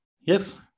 yes